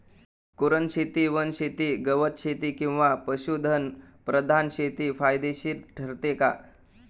कुरणशेती, वनशेती, गवतशेती किंवा पशुधन प्रधान शेती फायदेशीर ठरते का?